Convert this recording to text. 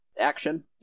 action